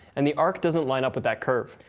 and the arc doesn't line up with that curve.